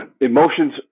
emotions